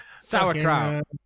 sauerkraut